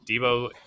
Debo